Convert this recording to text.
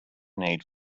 need